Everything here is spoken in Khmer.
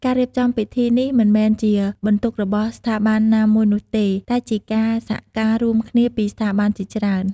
ការរៀបចំពិធីនេះមិនមែនជាបន្ទុករបស់ស្ថាប័នណាមួយនោះទេ តែជាការសហការរួមគ្នាពីស្ថាប័នជាច្រើន។